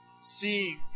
seeing